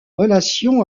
relation